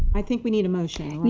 i think we need a motion.